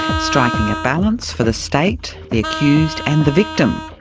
striking a balance for the state, the accused and the victim.